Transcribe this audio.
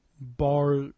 bar